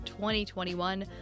2021